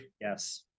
Yes